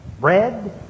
bread